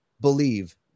believe